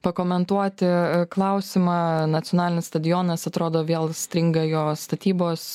pakomentuoti klausimą nacionalinis stadionas atrodo vėl stringa jo statybos